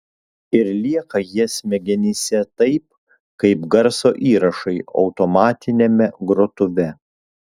ir lieka jie smegenyse taip kaip garso įrašai automatiniame grotuve